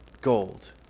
gold